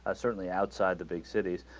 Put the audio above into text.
ah certainly outside the big cities